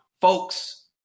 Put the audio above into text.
folks